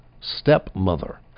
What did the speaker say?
stepmother